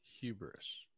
Hubris